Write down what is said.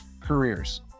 careers